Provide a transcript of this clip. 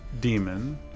demon